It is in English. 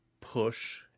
push